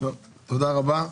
תודה רבה.